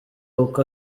uko